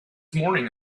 morning